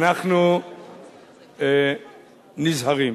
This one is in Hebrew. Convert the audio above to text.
אנחנו נזהרים.